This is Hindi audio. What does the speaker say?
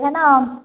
है ना आम